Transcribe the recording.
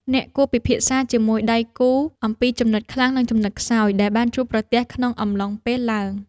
អ្នកគួរពិភាក្សាជាមួយដៃគូអំពីចំណុចខ្លាំង និងចំណុចខ្សោយដែលបានជួបប្រទះក្នុងអំឡុងពេលឡើង។